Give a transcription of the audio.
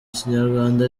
kinyarwanda